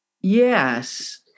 Yes